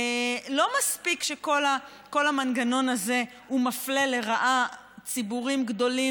לא מספיק שכל המנגנון הזה מפלה לרעה ציבורים גדולים